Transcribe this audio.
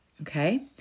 Okay